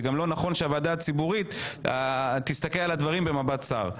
זה גם לא נכון שהוועדה הציבורית תסתכל על הדברים במבט צר.